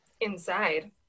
Inside